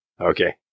okay